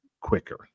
quicker